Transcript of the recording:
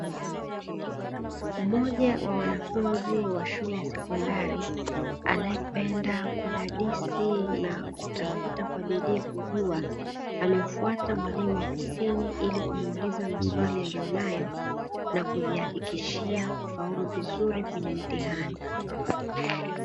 Mmoja wa wanafunzi wa shule ya sekondari anayependa kudadisi na kutafuta kwa bidii kujua, amemfata mwalimu ofisini ili kumuuliza maswali aliyonayo na kujihakikishia kufaulu vizuri kwenye mitihani.